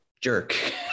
jerk